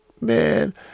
Man